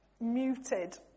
muted